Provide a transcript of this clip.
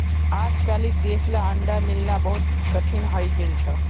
अजकालित देसला अंडा मिलना बहुत कठिन हइ गेल छ